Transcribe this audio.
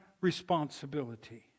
responsibility